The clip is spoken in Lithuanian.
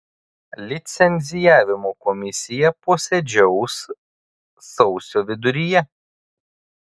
licencijavimo komisija posėdžiaus sausio viduryje